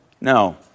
No